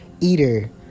eater